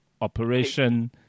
Operation